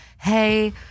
hey